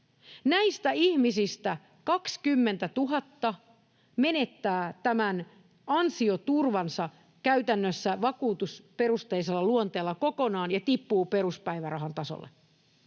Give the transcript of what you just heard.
Näistä ihmisistä 20 000 menettää tämän käytännössä vakuutusperusteisen luonteisen ansioturvansa kokonaan ja tippuu peruspäivärahan tasolle.